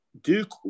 Duke